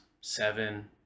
seven